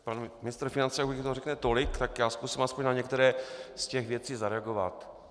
Pan ministr financí toho řekl tolik, tak já zkusím aspoň na některé z těch věcí zareagovat.